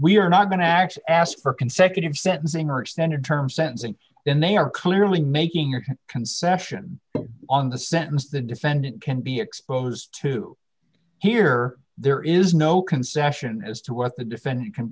we're not going to actually ask for consecutive sentencing or standard term sense and then they are clearly making a concession on the sentence the defendant can be exposed to here there is no concession as to what the defendant can